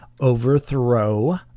overthrow